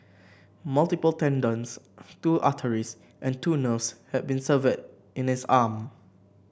multiple tendons two arteries and two nerves had been severed in his arm